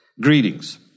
Greetings